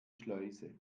schleuse